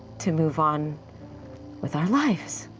to move on with our lives.